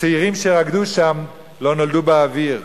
הצעירים שרקדו שם לא נולדו באוויר.